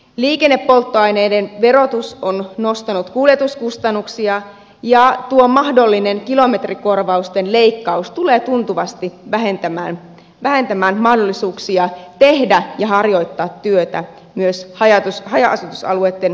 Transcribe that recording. liikennepolttoaineiden verotus on nostanut kuljetuskustannuksia ja tuo mahdollinen kilometrikorvausten leikkaus tulee tuntuvasti vähentämään mahdollisuuksia tehdä ja harjoittaa työtä myös haja asutusalueitten ulkopuolella